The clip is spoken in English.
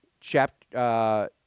Chapter